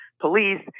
police